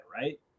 right